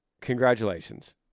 congratulations